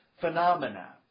phenomena